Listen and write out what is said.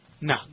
No